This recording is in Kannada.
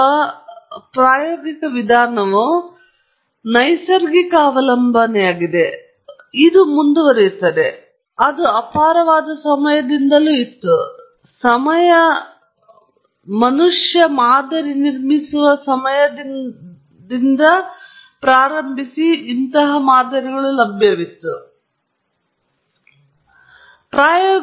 ಆದ್ದರಿಂದ ಪ್ರಾಯೋಗಿಕ ಅಥವಾ ಪ್ರಾಯೋಗಿಕ ವಿಧಾನವು ನೈಸರ್ಗಿಕ ಅವಲಂಬನೆಯಾಗಿದೆ ಮತ್ತು ಇದು ಮುಂದುವರಿಯುತ್ತದೆ ಅದು ಅಪಾರವಾದ ಸಮಯದಿಂದಲೂ ಇತ್ತು ಸಮಯ ಮನುಷ್ಯನಿಂದ ಮಾದರಿಗಳನ್ನು ನಿರ್ಮಿಸಲು ಪ್ರಾರಂಭಿಸಿದಾಗ ಅವಲೋಕನಗಳಿಂದ ಪ್ರಕ್ರಿಯೆಗಳನ್ನು ಅರ್ಥಮಾಡಿಕೊಳ್ಳಲು ಪ್ರಯತ್ನಿಸಿ